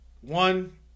one